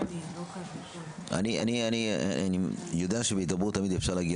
אני יודע שבהידברות אפשר תמיד להגיע